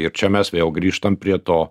ir čia mes vėl grįžtam prie to